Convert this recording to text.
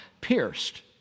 pierced